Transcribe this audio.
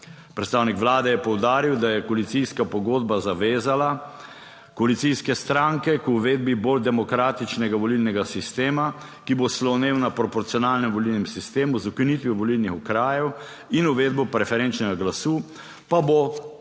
Predstavnik Vlade je poudaril, da je koalicijska pogodba zavezala koalicijske stranke k uvedbi bolj demokratičnega volilnega sistema, ki bo slonel na proporcionalnem volilnem sistemu z ukinitvijo volilnih okrajev in uvedbo preferenčnega glasu pa bo